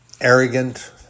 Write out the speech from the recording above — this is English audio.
arrogant